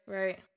right